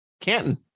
Canton